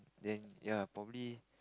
then ya probably